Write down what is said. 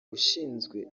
ushinzwe